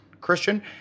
Christian